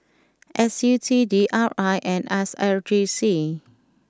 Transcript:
S U T D R I and S R J C